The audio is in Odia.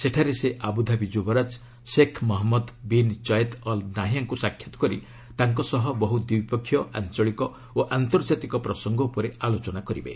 ସେଠାରେ ସେ ଆବୁଧାବି ଯୁବରାଜ Sheikh Mohammed bin Zayed Al ନାହିୟାଁଙ୍କୁ ସାକ୍ଷାତ କରି ତାଙ୍କ ସହ ବହୁ ଦ୍ୱିପକ୍ଷୀୟ ଆଞ୍ଚଳିକ ଓ ଆନ୍ତର୍ଜାତିକ ପ୍ରସଙ୍ଗ ଉପରେ ଆଲୋଚନା କରିବେ